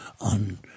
on